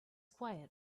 quiet